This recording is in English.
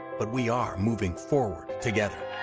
but we are moving forward together.